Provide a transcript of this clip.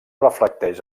reflecteix